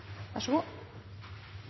Vær så god!